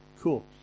Cool